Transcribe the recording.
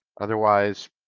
Otherwise